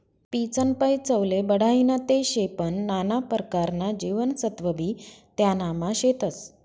पीचनं फय चवले बढाईनं ते शे पन नाना परकारना जीवनसत्वबी त्यानामा शेतस